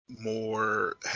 more